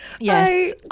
Yes